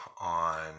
on